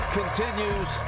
continues